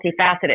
multifaceted